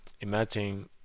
imagine